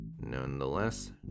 Nonetheless